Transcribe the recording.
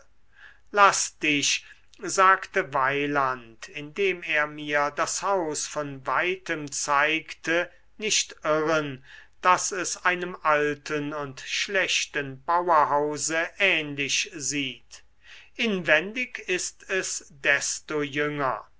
laß dich sagte weyland indem er mir das haus von weitem zeigte nicht irren daß es einem alten und schlechten bauerhause ähnlich sieht inwendig ist es desto jünger